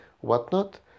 whatnot